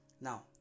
now